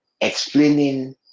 explaining